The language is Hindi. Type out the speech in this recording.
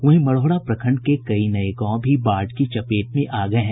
वहीं मढ़ौरा प्रखंड के कई नये गांव भी बाढ़ की चपेट में आ गये हैं